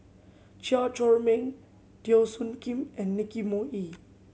Chew Chor Meng Teo Soon Kim and Nicky Moey